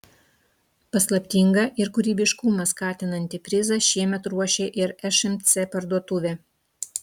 paslaptingą ir kūrybiškumą skatinantį prizą šiemet ruošia ir šmc parduotuvė